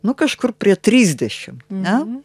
nu kažkur prie trisdešimt ne